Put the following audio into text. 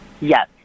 Yes